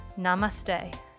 Namaste